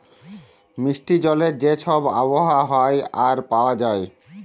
মিষ্টি জলের যে ছব আবহাওয়া হ্যয় আর পাউয়া যায়